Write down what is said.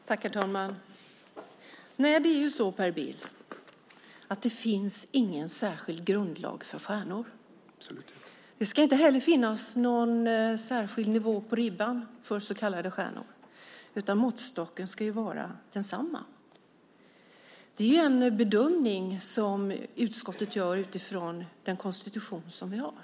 Herr talman! Nej det är ju så, Per Bill, att det inte finns någon särskild grundlag för stjärnor. Det ska inte heller finnas någon särskild nivå på ribban för så kallade stjärnor utan måttstocken ska vara densamma. Det är en bedömning som utskottet gör utifrån den konstitution som vi har.